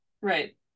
right